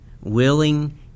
willing